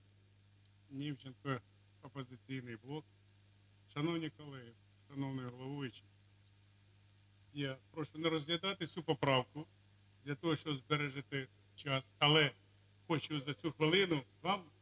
Німченко, фракція "Опозиційний блок". Шановні колеги, шановний Головуючий, я прошу не розглядати цю поправку для того, щоб зберегти час, але хочу за цю хвилину вас